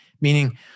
Meaning